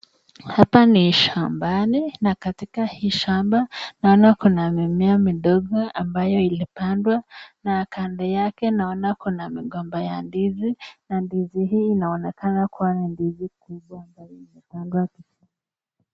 Hapa ni shambani na katika hii shamba naona kuna mimea midogo ambayo ilipandwa na kando yake naona kuna migomba ya ndizi na ndizi hii inaonekana kuwa ni ndizi kubwa ambayo imepangwa.